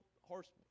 horse